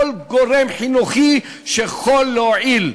כל גורם חינוכי שיכול להועיל,